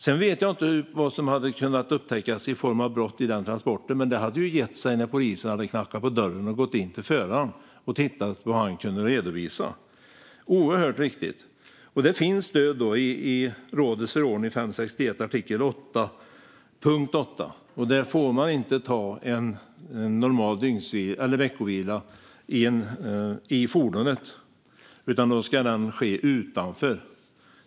Sedan vet jag inte vad som hade kunnat upptäckas i form av brott i den transporten, men det hade ju gett sig om polisen hade knackat på dörren och gått in till föraren och tittat på vad han kunde redovisa. Det är oerhört viktigt. Det finns stöd i rådets förordning 561 punkt 8 för att man inte får ta en normal veckovila i fordonet, utan det ska ske utanför.